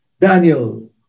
Daniel